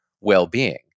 well-being